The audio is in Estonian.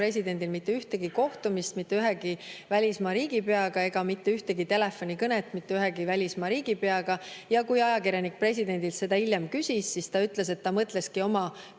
presidendil mitte ühtegi kohtumist mitte ühegi välismaa riigipeaga ega mitte ühtegi telefonikõnet mitte ühegi riigipeaga. Kui ajakirjanik presidendilt seda hiljem küsis, siis ta ütles, et ta mõtleski oma